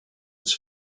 was